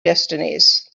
destinies